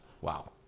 wow